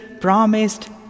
promised